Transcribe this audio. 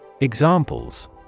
Examples